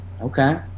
Okay